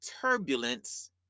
turbulence